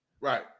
Right